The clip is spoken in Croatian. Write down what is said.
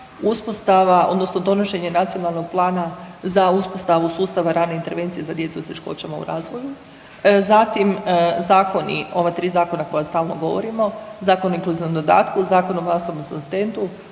uspostava odnosno donošenje nacionalnog plana za uspostavu sustava rane intervencije za djecu s teškoćama u razvoju, zatim zakoni ova tri zakona koja stalno govorimo Zakon o inkluzivnom dodatku, Zakon o …/nerazumljivo/… asistentu,